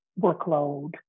workload